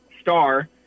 Star